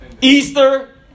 easter